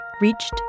reached